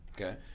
Okay